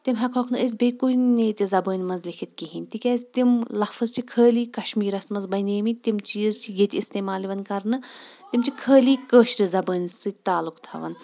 تِم ہیٚکہوکھ نہٕ أسۍ بییٚہِ کُنی تہِ زبٲنۍ منٛز لیٖکھِتھ کہینۍ تِکیازِ تِم لفظ چھِ خٲلی کشمیٖرس منٛز بنیمٕتۍ تِم چیٖز چھِ ییٚتہِ استعمال یِوان کرنہٕ تِم چھِ خٲلی کٲشرِ زبٲنہِ سۭتۍ تعلُق تھاوان